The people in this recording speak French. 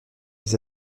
les